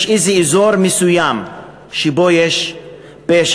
יש איזה אזור מסוים שבו יש פשע,